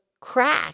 crack